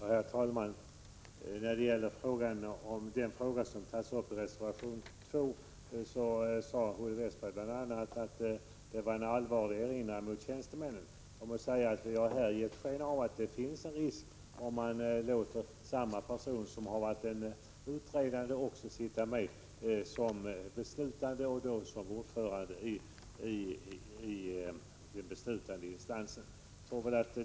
Herr talman! När det gäller den fråga som tas upp i reservation 2 sade Olle Westberg bl.a. att den innebär en allvarlig erinran mot tjänstemännen. Vi anser att det finns en risk, om man låter den person som varit utredar också sitta med såsom ordförande i den beslutande instansen.